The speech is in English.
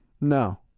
No